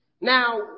Now